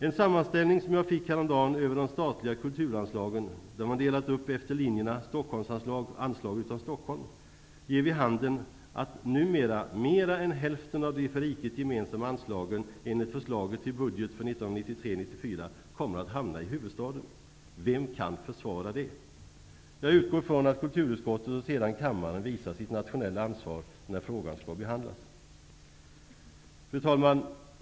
En sammanställning som jag fick häromdagen över de statliga kulturanslagen, där man delat upp efter linjerna ''Stockholmsanslag'' -- ''anslag utom Stockholm'', ger vid handen att mera än hälften av de för riket gemensamma anslagen nu enligt förslaget till budget för 1993/94 kommer att hamna i huvudstaden. Vem kan försvara det? Jag utgår från att kulturutskottet och sedan kammaren visar sitt nationella ansvar, när frågan skall behandlas. Fru talman!